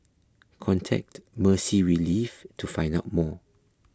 contact Mercy Relief to find out more